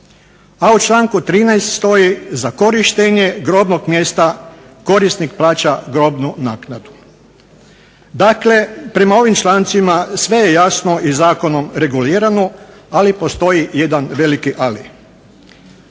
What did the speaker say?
a u članku 13. stoji "za korištenje grobnog mjesta korisnik plaća grobnu naknadu". Dakle, prema ovim člancima sve je jasno i zakonom regulirano ali postoji jedan veliki ali.